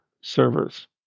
servers